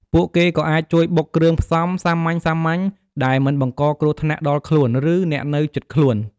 ពួកគេក៏អាចជួយបុកគ្រឿងផ្សំ សាមញ្ញៗដែលមិនបង្កគ្រោះថ្នាក់ដល់ខ្លួន ឬ អ្នកនៅជិតខ្លួន។